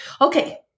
Okay